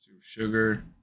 Sugar